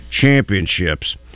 Championships